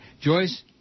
Joyce